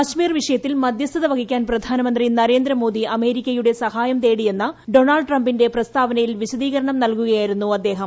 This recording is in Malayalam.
കാശ്മീർ വിഷയത്തിൽ ഉദ്യ്യസ്ഥത വഹിക്കാൻ പ്രധാനമന്ത്രി നരേന്ദ്രമോദി അമേരിക്കയുട്ടെ ്സഹായം തേടിയെന്ന ഡൊണാൾഡ് ട്രംപിന്റെ പ്രസ്താവനയിൽ പ്രിശദീഖരണം നൽകുകയായിരുന്നു അദ്ദേഹം